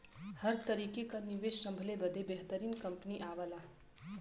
हर तरीके क निवेस संभले बदे बेहतरीन कंपनी आवला